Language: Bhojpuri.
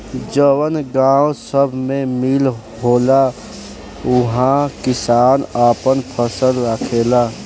जवन गावं सभ मे मील होला उहा किसान आपन फसल राखेला